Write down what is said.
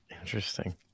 Interesting